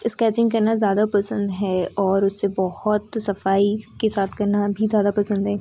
sketching करना ज़्यादा पसंद है और उससे बहुत सफाई के साथ करना भी ज़्यादा पसंद है